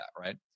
right